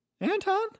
Anton